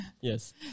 yes